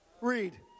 Read